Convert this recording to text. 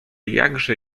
jakże